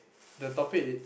the topic it